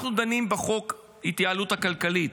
אנחנו דנים בחוק ההתייעלות הכלכלית.